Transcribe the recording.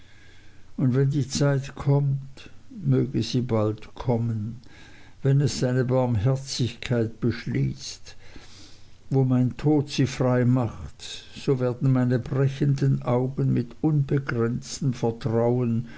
und wenn die zeit kommt möge sie bald kommen wenn es seine barmherzigkeit beschließt wo mein tod sie frei macht so werden meine brechenden augen mit unbegrenztem vertrauen